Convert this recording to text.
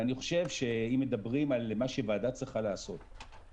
ואני חושב שאם מדברים על מה שוועדה צריכה לעשות,